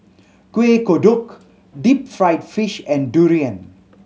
Kueh Kodok deep fried fish and durian